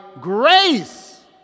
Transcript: grace